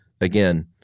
again